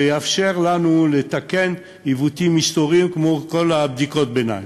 ויאפשר לנו לתקן עיוותים היסטוריים כמו כל בדיקות הביניים.